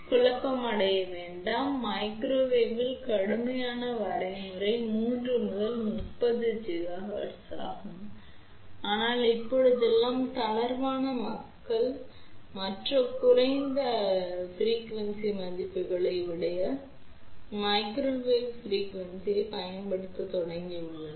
எனவே குழப்பமடைய வேண்டாம் மைக்ரோவேவின் கடுமையான வரையறை 3 முதல் 30 ஜிகாஹெர்ட்ஸ் ஆகும் ஆனால் இப்போதெல்லாம் தளர்வான மக்கள் மற்ற குறைந்த அதிர்வெண் மதிப்புகளைக் கூட மைக்ரோவேவ் சரி என்று பயன்படுத்தத் தொடங்கியுள்ளனர்